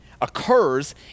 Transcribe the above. occurs